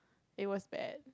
it was bad